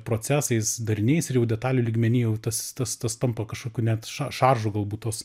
procesais darniais ir jau detalių lygmeny jau tas tas tas tampa kažkokiu net ša šaržu galbūt tos